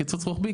קיצוץ רוחבי,